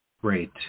Great